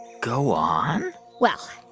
go on well,